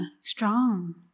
strong